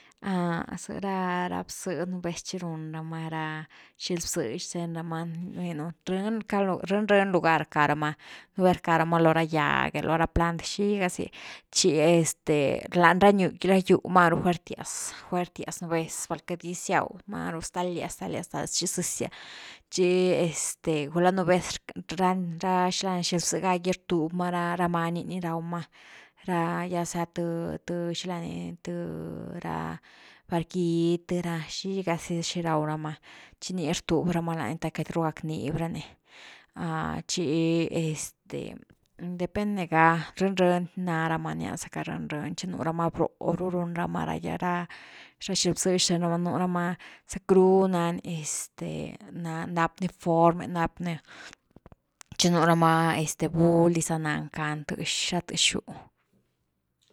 Za ra bzë nú vez chi run rama ra xily-bzë xthen rama rninu, breni caru, rïny-rïny lugar cá rama nú vez rcama loo ra gyag’e lo ra plant xiga zy chi este lan ra gyu, máru fuertias-fuertias nú vez va queity gisio maru stalias-stalias hi zësias chi este gula nú vez ra-ra xily zë ga gi rtuby ma ra many ni raw ma ra ya sea th-th xila ni th ra bargidy th ra xiga zy xi raw rama, chi ni rtuby rama lá rana the queity ru gack nib rani chi este depende ga rïny-rïny nárama rnia zacka rïny-rïny nú rama rboh ru rama ra xily bzë xthen rama, nú rama zackru nani este nap-nap ni fomre nap ni, chi nú rama este buly dis za nani cani tex ra tëx-gyu.